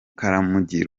karamagi